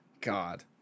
God